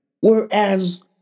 Whereas